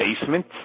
basement